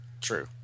True